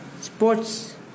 sports